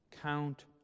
count